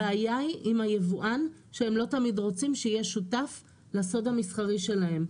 הבעיה היא עם היבואן שהם לא תמיד רוצים שיהיה שותף לסוד המסחרי שלהם.